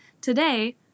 Today